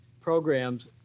programs